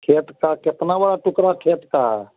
खेत का कितना बड़ा टुकड़ा खेत का है